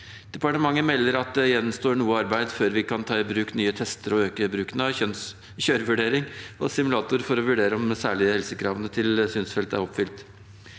Departementet melder at det gjenstår noe arbeid før vi kan ta i bruk nye tester og øke bruken av kjørevurdering og simulator for å vurdere om de særlige helsekravene til synsfeltet er oppfylt.